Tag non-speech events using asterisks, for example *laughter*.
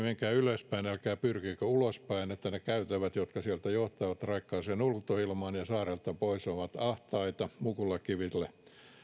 *unintelligible* menkää ylöspäin älkää pyrkikö ulospäin ne käytävät jotka sieltä johtavat raikkaaseen ulkoilmaan ja saarelta pois ovat ahtaita mukulakivillä